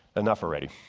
enough already,